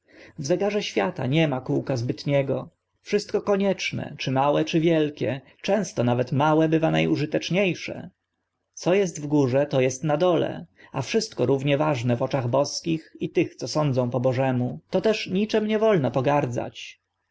zegarze świata nie ma kółka zbytniego wszystkie konieczne czy małe czy wielkie często nawet małe bywa na użytecznie sze co est w górze to est w dole a wszystko równie ważne w oczach boskich i tych co sądzą po bożemu toteż niczym nie wolno pogardzać